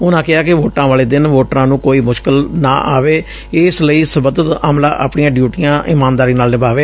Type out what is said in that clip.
ਉਨੂਾਂ ਕਿਹਾ ਕਿ ਵੋਟਾਂ ਵਾਲੇ ਦਿਨ ਵੋਟਰਾਂ ਨੂੰ ਕੋਈ ਮੁਸ਼ਕਲ ਨਾ ਆਵੇ ਇਸ ਲਈ ਸਬੰਧਤ ਅਮਲਾ ਆਪਣੀਆਂ ਡਿਊਟੀਆਂ ਇਮਾਨਦਾਰੀ ਨਾਲ ਨਿਭਾਵੇ